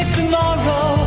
tomorrow